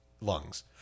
lungs